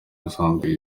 busanzwe